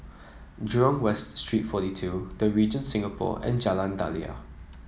Jurong West Street forty two The Regent Singapore and Jalan Daliah